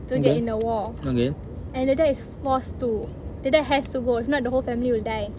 to get in a war and the dad is forced to the dad has to go if not the whole family will die